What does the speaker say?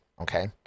okay